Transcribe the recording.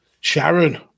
Sharon